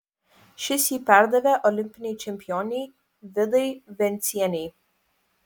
šis jį perdavė olimpinei čempionei vidai vencienei